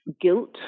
guilt